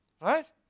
Right